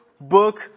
book